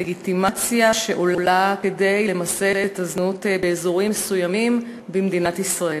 לגיטימציה שעולה כדי למסד את הזנות באזורים מסוימים במדינת ישראל.